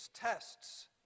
tests